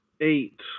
eight